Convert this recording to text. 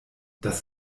dass